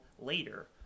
later